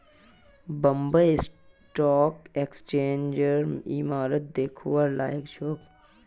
Bombay stock एक्सचेंजेर इमारत दखवार लायक छोक